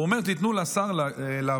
הוא אומר: תנו לשר לעבוד.